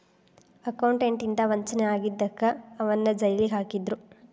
accountant ಇಂದಾ ವಂಚನೆ ಆಗಿದಕ್ಕ ಅವನ್ನ್ ಜೈಲಿಗ್ ಹಾಕಿದ್ರು